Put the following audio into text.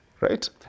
Right